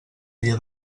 dia